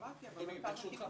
אמרתי אבל לא פרה-רפואי.